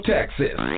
Texas